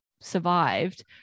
survived